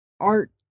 art